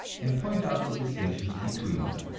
and point out the distinctions between them.